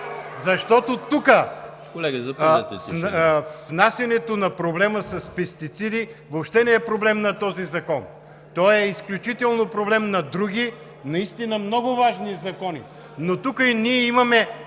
НЕДЯЛКОВ: Внасянето на проблема с пестицидите, въобще не е проблем на този закон. Той е изключителен проблем на други наистина много важни закони, но тук имаме